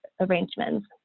arrangements